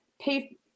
pay